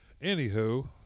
Anywho